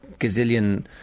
gazillion